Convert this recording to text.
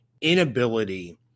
inability